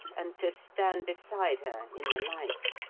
and to stand beside her in the light.